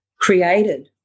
created